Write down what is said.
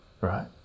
Right